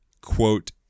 Quote